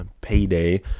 payday